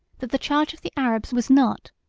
that the charge of the arabs was not,